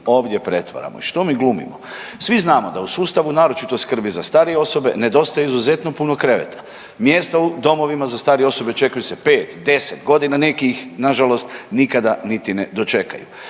ovdje pretvaramo i što mi glumimo? Svi znamo da u sustavu naročito skrbi za starije osobe nedostaje izuzetno puno kreveta, mjesta u domovima za starije osobe čekaju se 5, 10 godina neki ih nažalost nikad ni ne dočekaju.